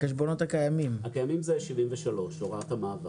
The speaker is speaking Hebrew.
החשבונות הקיימים, זה סעיף 73. הוראת המעבר.